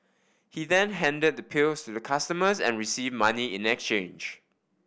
he then handed the pills the customers and receive money in exchange